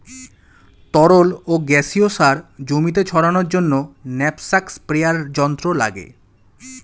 তরল ও গ্যাসীয় সার জমিতে ছড়ানোর জন্য ন্যাপস্যাক স্প্রেয়ার যন্ত্র লাগে